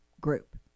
group